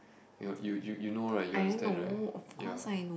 your you you you know right you understand right ya